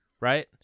right